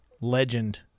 Legend